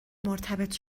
مرتبط